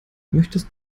möchtest